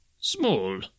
Small